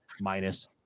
minus